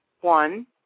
One